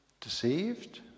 deceived